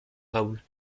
raoul